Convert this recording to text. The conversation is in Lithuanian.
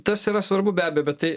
tas yra svarbu be abejo tai